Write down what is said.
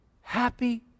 Happy